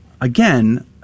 again